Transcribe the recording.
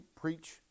preach